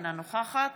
אינה נוכחת